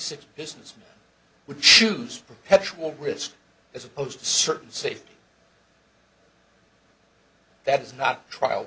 six business which use perpetual risk as opposed to certain safety that is not trial